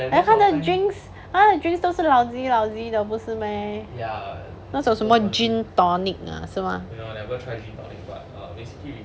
then 他的 drinks 他的 drinks 都是 lousy lousy 的不是 meh 那种什么 gin tonic ah 是吗